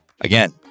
again